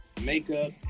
makeup